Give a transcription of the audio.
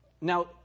Now